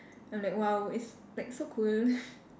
I'm like !wow! it's like so cool